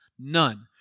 None